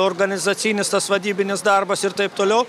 organizacinis tas vadybinis darbas ir taip toliau